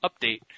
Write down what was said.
update